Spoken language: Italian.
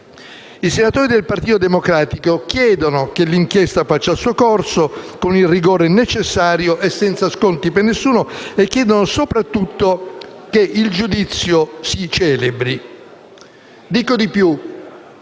I senatori del Partito Democratico chiedono che l'inchiesta faccia il suo corso con il rigore necessario e senza sconti per nessuno e chiedono soprattutto che il giudizio si celebri. Dico di più.